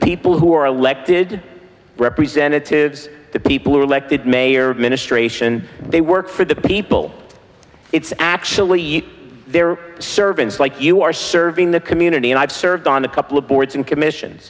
people who are elected representatives the people who are elected mayor ministration they work for the people it's actually eat their servants like you are serving the community and i've served on a couple of boards and commission